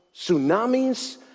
tsunamis